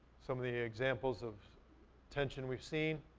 some of the examples of tensions we've seen.